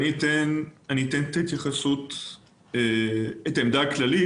אני אתן את העמדה הכללית,